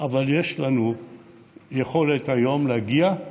אבל יש לנו יכולת היום להגיע,